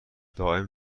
دائم